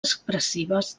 expressives